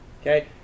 okay